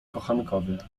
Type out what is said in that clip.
kochankowie